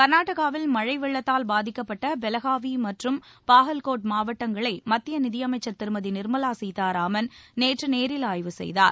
கர்நாடகாவில் மழை வெள்ளத்தால் பாதிக்கப்பட்ட பெலகாவி மற்றும் பாகல்கோட் மாவட்டங்களை மத்திய நிதியமைச்சர் திருமதி நிர்மலா சீதாராமன் நேற்று நேரில் ஆய்வு செய்தார்